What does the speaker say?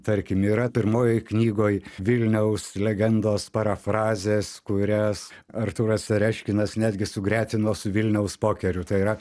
tarkim yra pirmojoj knygoj vilniaus legendos parafrazės kurias artūras tereškinas netgi sugretino su vilniaus pokeriu tai yra